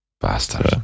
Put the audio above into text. Bastard